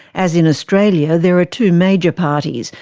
as in australia, there are two major parties,